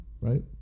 right